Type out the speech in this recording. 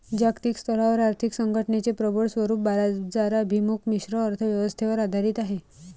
जागतिक स्तरावर आर्थिक संघटनेचे प्रबळ स्वरूप बाजाराभिमुख मिश्र अर्थ व्यवस्थेवर आधारित आहे